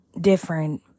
different